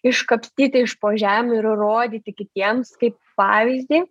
iškapstyti iš po žemių ir rodyti kitiems kaip pavyzdį